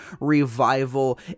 revival